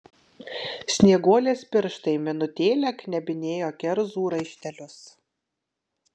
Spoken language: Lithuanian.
snieguolės pirštai minutėlę knebinėjo kerzų raištelius